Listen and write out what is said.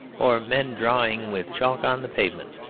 or men drawing with chalk on the pavement.